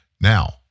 Now